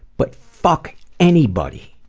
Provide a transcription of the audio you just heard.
but fuck anybody